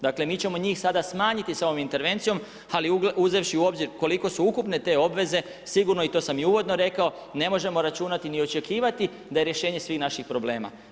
Dakle mi ćemo njih sada smanjiti sa ovom intervencijom ali uzevši u obzir kolike su ukupne te obveze, sigurno i to sam i uvodno rekao, ne možemo računati ni očekivati da je rješenje svih naših problema.